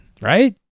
right